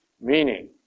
meaning